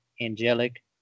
angelic